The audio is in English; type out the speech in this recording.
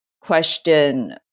question